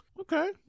Okay